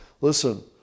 Listen